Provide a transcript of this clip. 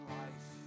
life